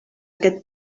aquest